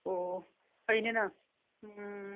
ꯑꯣ ꯐꯩꯅꯦ ꯅꯪ ꯎꯝ